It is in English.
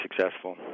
successful